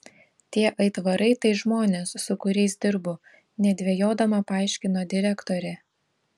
tie aitvarai tai žmonės su kuriais dirbu nedvejodama paaiškino direktorė